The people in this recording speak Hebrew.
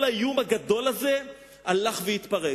כל האיום הגדול הזה הלך והתפרק.